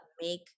make